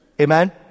Amen